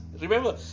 remember